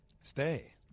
Stay